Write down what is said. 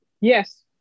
Yes